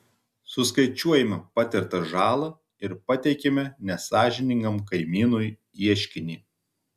suskaičiuojame patirtą žalą ir pateikiame nesąžiningam kaimynui ieškinį